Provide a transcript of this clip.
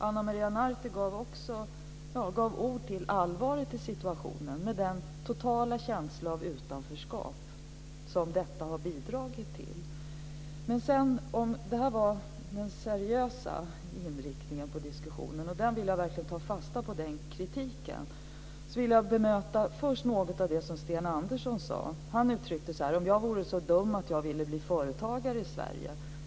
Ana Maria Narti gav också ord till allvaret i situationen med den totala känsla av utanförskap som detta har bidragit till. Det var den seriösa inriktningen på diskussionen, och jag vill verkligen ta fasta på den kritiken. Men jag vill också bemöta först något av det som Sten Andersson sade. Han uttryckte det så här: Om jag vore så dum att jag ville bli företagare i Sverige.